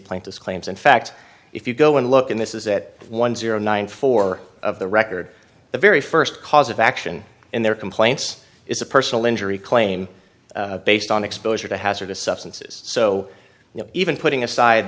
plaintiff claims in fact if you go and look in this is that one zero nine four of the record the very first cause of action in their complaints is a personal injury claim based on exposure to hazardous substances so you know even putting aside